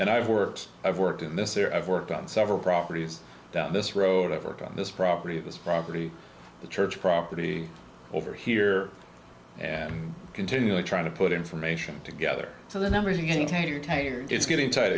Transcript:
and i've worked i've worked in this area i've worked on several properties down this road ever get on this property this property the church property over here and continually trying to put information together so the numbers are getting